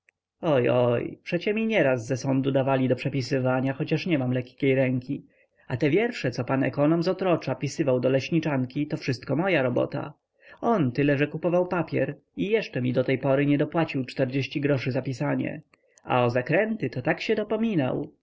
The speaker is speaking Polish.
oj oj przecie mi nieraz ze sądu dawali do przepisywania choć nie mam lekkiej ręki a te wiersze co pan ekonom z otrocza pisywał do leśniczanki to wszystko moja robota on tyle że kupował papier i jeszcze mi do tej pory nie dopłacił czterdzieści groszy za pisanie a o zakręty to tak się dopominał